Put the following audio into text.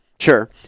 Sure